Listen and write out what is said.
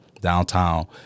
downtown